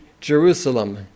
Jerusalem